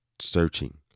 searching